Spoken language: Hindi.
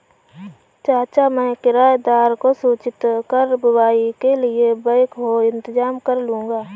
चाचा मैं किराएदार को सूचित कर बुवाई के लिए बैकहो इंतजाम करलूंगा